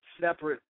separate